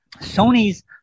Sony's